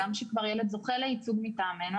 גם כשכבר ילד זוכה לייצוג מטעמנו,